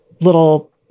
little